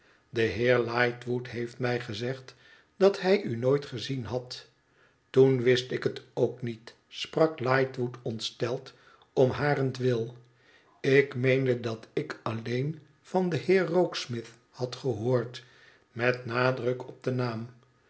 de heer lightwood heeft mij gezegd dat hij u nooit gezien had toen wist ik het ook niet sprak lightwood ontsteld om harentwil ik meende dat ik alleen van den heer rokesmith had gehoord met nadruk op den naam